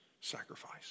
sacrifice